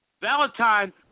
Valentine